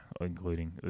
including